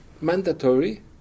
mandatory